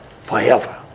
forever